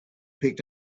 picked